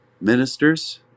ministers